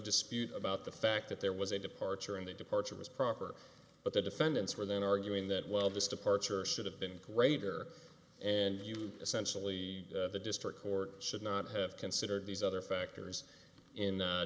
dispute about the fact that there was a departure in the departure was proper but the defendants were then arguing that well this departure should have been greater and you essentially the district court should not have considered these other factors in